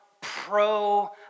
pro